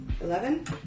eleven